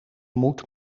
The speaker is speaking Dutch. moet